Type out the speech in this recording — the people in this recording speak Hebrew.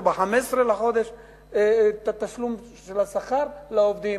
ב-15 בחודש את התשלום של השכר לעובדים.